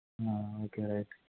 okay right